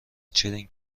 چرینگ